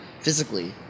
physically